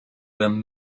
them